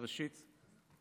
ראשית,